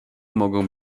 mogą